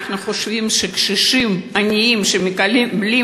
אנחנו חושבים שקשישים עניים שמקבלים